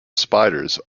spiders